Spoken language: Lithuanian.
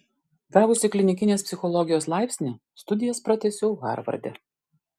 gavusi klinikinės psichologijos laipsnį studijas pratęsiau harvarde